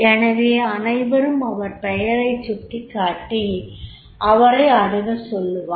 எனவே அனைவரும் அவர் பெயரை சுட்டிக்காட்டி அவரை அணுகச்சொல்வர்